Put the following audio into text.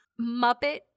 Muppet